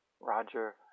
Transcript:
Roger